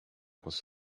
was